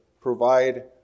provide